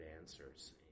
answers